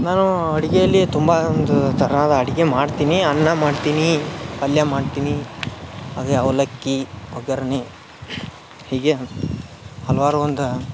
ನಾನು ಅಡಿಗೆಯಲ್ಲಿ ತುಂಬ ಒಂದು ಥರಾದ ಅಡಿಗೆ ಮಾಡ್ತೀನಿ ಅನ್ನ ಮಾಡ್ತೀನಿ ಪಲ್ಯ ಮಾಡ್ತೀನಿ ಅದೇ ಅವಲಕ್ಕಿ ಒಗ್ಗರ್ಣೆ ಹೀಗೆ ಹಲವಾರು ಒಂದು